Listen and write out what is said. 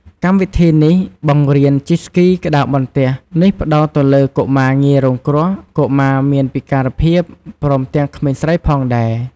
កម្មវិធីនេះបង្រៀនជិះស្គីក្ដារបន្ទះនេះផ្ដោតទៅលើកុមារងាយរងគ្រោះ កុមារមានពិការភាព ព្រមទាំងក្មេងស្រីផងដែរ។